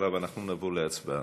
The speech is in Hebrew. אחריו אנחנו נעבור להצבעה.